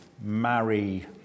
marry